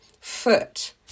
foot